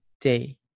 day